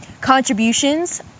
Contributions